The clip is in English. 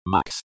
Max